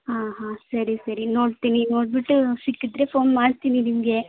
ಆಂ ಹಾಂ ಸರಿ ಸರಿ ನೋಡ್ತೀನಿ ನೋಡ್ಬಿಟ್ಟು ಸಿಕ್ಕಿದ್ರೆ ಫೋನ್ ಮಾಡ್ತೀನಿ ನಿಮಗೆ